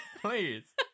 Please